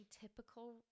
typical